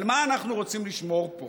על מה אנחנו רוצים לשמור פה?